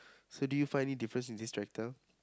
so do you find any difference in this tractor